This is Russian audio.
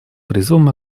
призывом